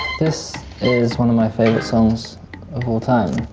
this is one of my favorite songs of all time.